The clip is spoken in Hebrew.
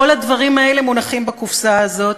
כל הדברים האלה מונחים בקופסה הזאת,